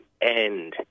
end